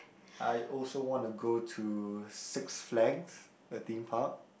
I also wanna go to six flags the Theme Park